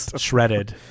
shredded